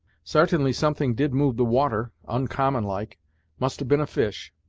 sartainly something did move the water, oncommon like must have been a fish.